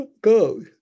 go